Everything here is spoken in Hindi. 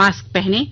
मास्क पहनें